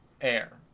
air